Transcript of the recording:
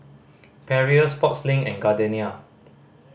Perrier Sportslink and Gardenia